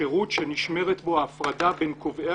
שירות שנשמרת בו ההפרדה בין קובעי